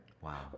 Wow